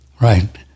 right